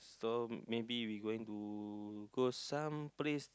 so maybe we going to go some place